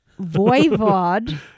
Voivod